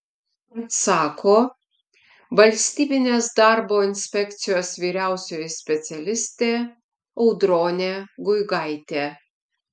atsako valstybinės darbo inspekcijos vyriausioji specialistė audronė guigaitė